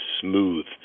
smooth